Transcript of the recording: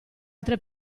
altre